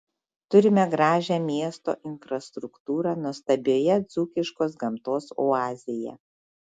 turime gražią miesto infrastruktūrą nuostabioje dzūkiškos gamtos oazėje